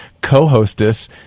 co-hostess